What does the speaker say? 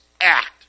Act